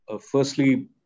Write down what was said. Firstly